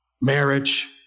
marriage